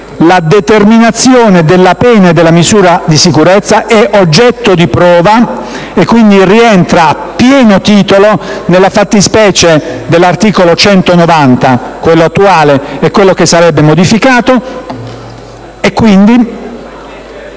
La determinazione della pena e della misura di sicurezza è oggetto di prova, e quindi rientra, a pieno titolo, nella fattispecie dell'articolo 190, quello attuale e quello che sarebbe modificato,